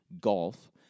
Golf